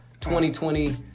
2020